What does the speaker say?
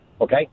Okay